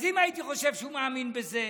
אז אם הייתי חושב שהוא מאמין בזה,